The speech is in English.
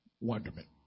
wonderment